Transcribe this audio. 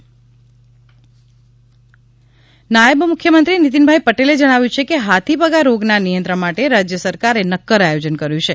હાથીપગા રોગના નિયંત્રણ નાયબ મુખ્યમંત્રી નીતિનભાઇ પટેલે જણાવ્યું છે કે હાથીપગા રોગના નિયંત્રણ માટે રાજ્ય સરકારે નક્કર આયોજન કર્યું છે